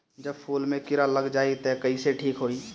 जब फूल मे किरा लग जाई त कइसे ठिक होई?